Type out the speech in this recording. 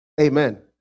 Amen